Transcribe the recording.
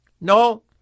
No